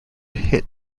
hit